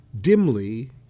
Dimly